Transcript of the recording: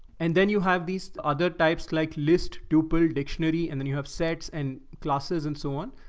and then you have these, other types, like list duple dictionary, and then you have sets and classes. and so on.